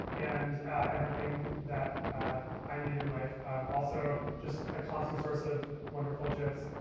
and everything that i need in life also just a constant source of wonderful gifs.